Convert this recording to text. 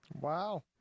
Wow